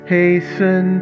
hasten